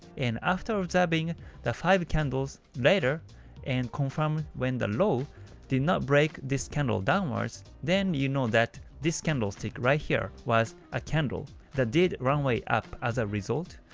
and after observing the five candles later on and confirm when the low did not break this candle downwards, then you know that this candle stick right here was a candle that did runway up as a result,